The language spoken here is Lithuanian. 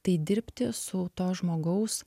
tai dirbti su to žmogaus